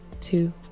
two